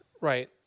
Right